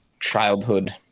childhood